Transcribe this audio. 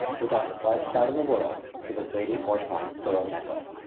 without the slightest doubt in the world it was lady orstline's pearl necklace!